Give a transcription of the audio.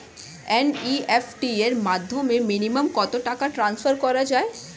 NEFT র মাধ্যমে minimum কত টাকা ট্রান্সফার করা যায়?